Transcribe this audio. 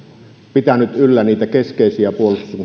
pitänyt yllä keskeisiä puolustuksen